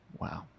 Wow